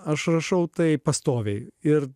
aš rašau tai pastoviai ir